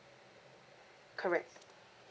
correct